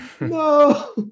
no